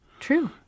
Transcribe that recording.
True